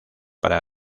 para